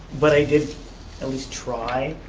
but i did at least try.